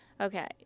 Okay